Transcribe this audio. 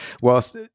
whilst